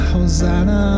Hosanna